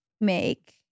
make